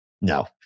No